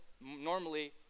normally